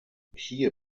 hier